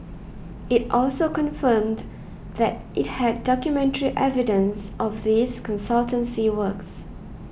it also confirmed that it had documentary evidence of these consultancy works